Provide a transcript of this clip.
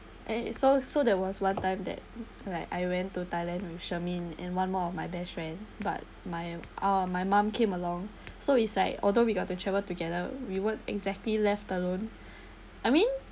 and it's so so there was one time that like I went to thailand with charmaine and one more of my best friend but my uh my mom came along so it's like although we got to travel together we weren't exactly left alone I mean